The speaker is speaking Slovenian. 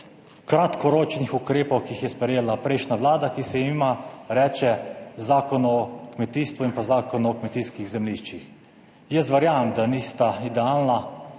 kratkoročnih ukrepov, ki jih je sprejela prejšnja Vlada, ki se jim reče Zakon o kmetijstvu in pa Zakonu o kmetijskih zemljiščih. Jaz verjamem, da nista idealna,